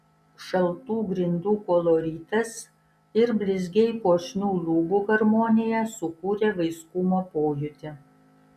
šaltų grindų koloritas ir blizgiai puošnių lubų harmonija sukūrė vaiskumo pojūtį